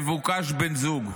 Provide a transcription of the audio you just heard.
מבוקש בן זוג.